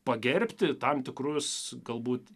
pagerbti tam tikrus galbūt